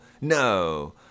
no